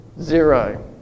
zero